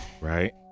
right